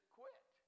quit